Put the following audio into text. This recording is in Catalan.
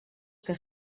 que